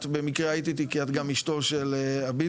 את במקרה היית איתי כי את גם אשתו של אביטבול,